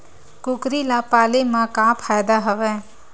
कुकरी ल पाले म का फ़ायदा हवय?